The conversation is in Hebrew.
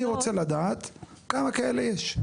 אני רוצה לדעת כמה כאלה יש.